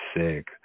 sick